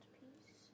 piece